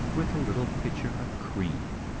with a little pitcher of cream.